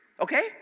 Okay